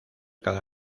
cada